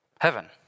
heaven